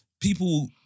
People